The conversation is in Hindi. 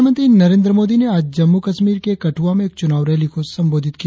प्रधानमंत्री नरेंद्र मोदी ने आज जम्मू कश्मीर के कठुआ में एक चुनाव रैली को संबोधित किया